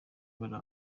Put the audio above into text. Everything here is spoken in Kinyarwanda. bari